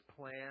plan